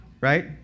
right